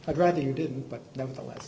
i'd rather you didn't but nevertheless